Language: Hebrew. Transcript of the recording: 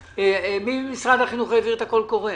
מי ממשרד החינוך העביר את הקול קורא?